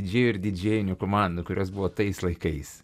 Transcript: didžėjų ir didžėjinių komandų kurios buvo tais laikais